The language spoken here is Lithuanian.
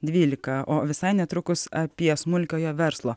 dvylika o visai netrukus apie smulkiojo verslo